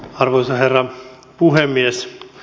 arvoisa herra puhemies